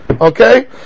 okay